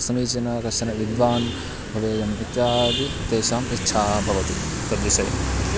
समीचीनः कश्चन विद्वान् भवेयम् इत्यादि तेषाम् इच्छा भवति तद्विषये